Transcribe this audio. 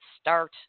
start